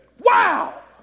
Wow